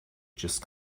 just